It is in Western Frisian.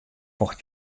mocht